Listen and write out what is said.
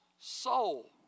soul